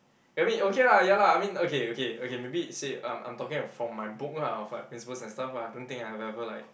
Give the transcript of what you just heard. I mean okay lah ya lah I mean okay okay okay maybe it say I'm I'm talking from my book lah of like principles and stuff lah I don't think I've ever like